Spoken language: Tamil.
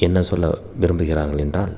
என்ன சொல்ல விரும்புகிறார்கள் என்றால்